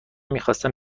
میخواستم